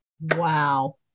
Wow